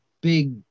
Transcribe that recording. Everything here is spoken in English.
big